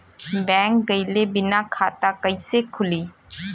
Bank गइले बिना खाता कईसे खुली?